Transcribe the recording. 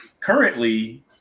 currently